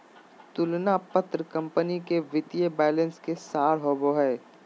तुलना पत्र कंपनी के वित्तीय बैलेंस के सार होबो हइ